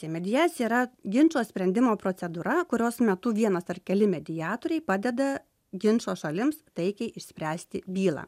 tai mediacija yra ginčo sprendimo procedūra kurios metu vienas ar keli mediatoriai padeda ginčo šalims taikiai išspręsti bylą